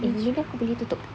I_G kau aku boleh tutup